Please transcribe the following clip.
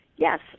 Yes